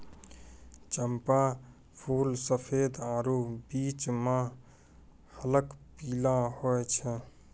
चंपा फूल सफेद आरु बीच मह हल्क पीला होय छै